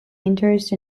interest